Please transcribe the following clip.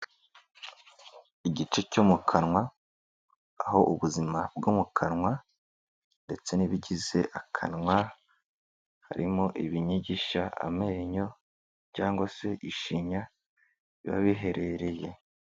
Igice cyo mu kanwa aho ubuzima bwo mu kanwa ndetse n'ibigize akanwa, harimo ibinyigisha, amenyo cyangwa se ishinya biba biherereye.